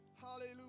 Hallelujah